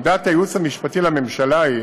עמדת הייעוץ המשפטי לממשלה היא